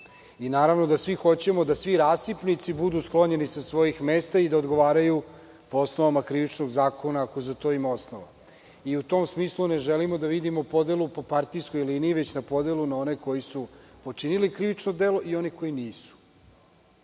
Naravno, svi hoćemo da svi rasipnici budu sklonjeni sa svojih mesta i da odgovaraju po osnovama Krivičnog zakonika, ako za to ima osnova. U tom smislu, ne želimo da vidimo podelu po partijskoj liniji, već podelu na one koji su počinili krivično delo i na one koji